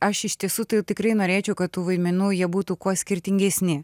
aš iš tiesų tai tikrai norėčiau kad tų vaidmenų jie būtų kuo skirtingesni